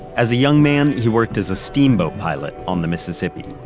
as a young man, he worked as a steamboat pilot on the mississippi.